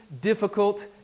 difficult